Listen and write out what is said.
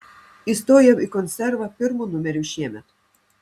įstojau į konservą pirmu numeriu šiemet